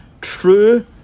true